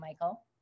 Michael